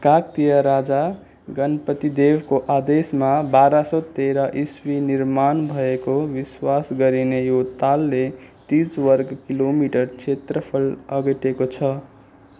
काकतिया राजा गणपतिदेवको आदेशमा बाह्र सौ तेह्र इस्वी निर्माण भएको विश्वास गरिने यो तालले तिस वर्ग किलोमिटर क्षेत्रफल अगटेको छ